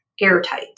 airtight